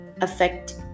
affect